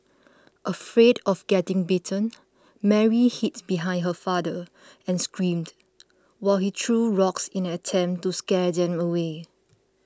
afraid of getting bitten Mary hid behind her father and screamed while he threw rocks in an attempt to scare them away